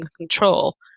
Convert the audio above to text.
control